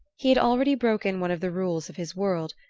he had already broken one of the rules of his world,